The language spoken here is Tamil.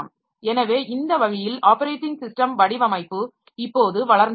எனவே இந்த வழியில் ஆப்பரேட்டிங் சிஸ்டம் வடிவமைப்பு இப்போது வளர்ந்து வருகிறது